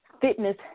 fitness